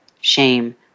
shame